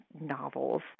novels